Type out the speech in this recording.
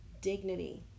dignity